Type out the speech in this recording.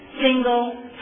Single